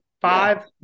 five